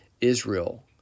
Israel